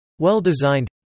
Well-designed